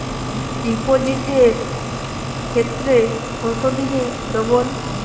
ডিপোজিটের ক্ষেত্রে কত দিনে ডবল?